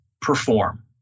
perform